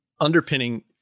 underpinning